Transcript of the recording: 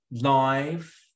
live